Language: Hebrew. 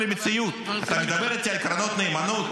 אתה מדבר איתי על קרנות נאמנות?